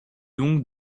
donc